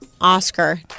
Oscar